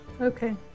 Okay